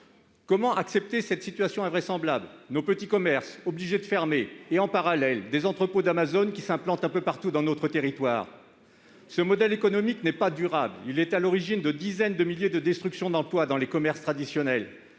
Comment accepter cette situation invraisemblable : nos petits commerces sont obligés de fermer, et, en parallèle, des entrepôts d'Amazon s'implantent un peu partout sur notre territoire ? Ce modèle économique n'est pas durable. Il est à l'origine de dizaines de milliers de destructions d'emplois dans les commerces traditionnels.